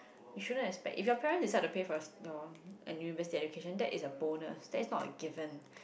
you shouldn't expect if your parents decide to pay for your university education that's a bonus that is not a given